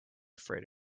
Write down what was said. afraid